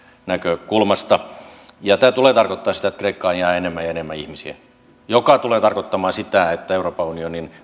näkökulmasta tämä tulee tarkoittamaan sitä että kreikkaan jää enemmän ja enemmän ihmisiä mikä tulee tarkoittamaan sitä että euroopan unionin